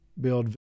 build